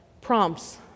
prompts